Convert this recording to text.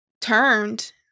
turned